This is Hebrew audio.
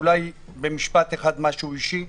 אולי במשפט אחד משהו אישי.